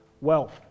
Wealth